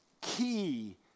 key